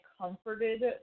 comforted